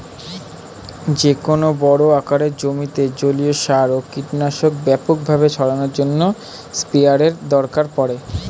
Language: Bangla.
যেকোনো বড় আকারের জমিতে জলীয় সার ও কীটনাশক ব্যাপকভাবে ছড়ানোর জন্য স্প্রেয়ারের দরকার পড়ে